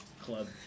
club